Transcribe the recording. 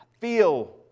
feel